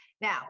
now